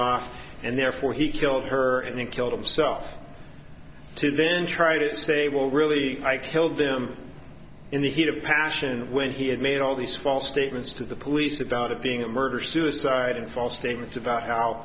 off and therefore he killed her and then kill himself to then try to say well really i killed them in the heat of passion when he had made all these false statements to the police about it being a murder suicide and false statements about how